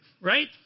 right